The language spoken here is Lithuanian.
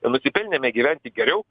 nusipelnėme gyventi geriau